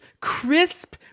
crisp